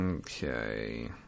Okay